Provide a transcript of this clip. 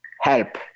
help